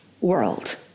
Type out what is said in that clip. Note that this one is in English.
world